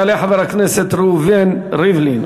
יעלה חבר הכנסת ראובן ריבלין,